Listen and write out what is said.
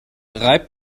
reibt